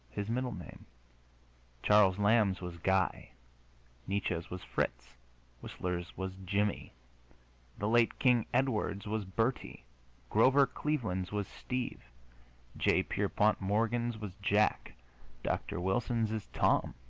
his middle name charles lamb's was guy nietzsche's was fritz whistler's was jimmie the late king edward's was bertie grover cleveland's was steve j. pierpont morgan's was jack dr. wilson's is tom.